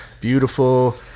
beautiful